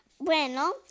Bueno